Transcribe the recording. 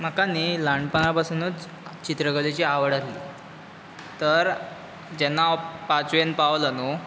म्हाका न्ही ल्हानपणा पासुनूच चित्रकलेची आवड आसली तर जेन्ना हांव पांचवेन पावलों न्हू